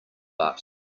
but